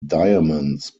diamonds